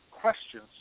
questions